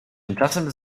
tymczasem